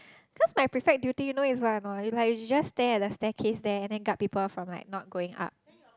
cause my prefect duty you know is what anot it's like you just stare at the staircase there and then guard people from like not going up